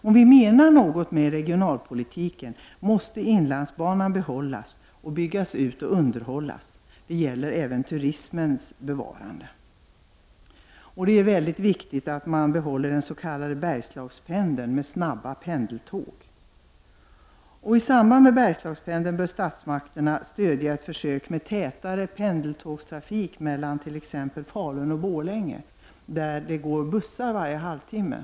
Om vi menar något med regionalpolitiken måste inlandsbanan behållas, byggas ut och underhållas. Det gäller även turismens bevarande. Det är mycket viktigt att behålla den s.k, Bergslagspendeln med snabba pendeltåg. I samband med Bergslagspendeln bör statsmakterna stödja ett försök med tätare pendeltågstrafik mellan t.ex, Falun och Borlänge, där det går bussar varje halvtimme.